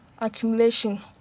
accumulation